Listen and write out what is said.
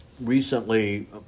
recently